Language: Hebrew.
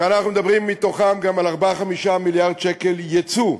ואנחנו מדברים מתוכם גם על 5-4 מיליארד שקל יצוא.